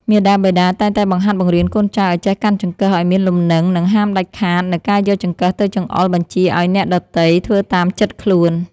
មាតាបិតាតែងតែបង្ហាត់បង្រៀនកូនចៅឱ្យចេះកាន់ចង្កឹះឱ្យមានលំនឹងនិងហាមដាច់ខាតនូវការយកចង្កឹះទៅចង្អុលបញ្ជាឱ្យអ្នកដទៃធ្វើតាមចិត្តខ្លួន។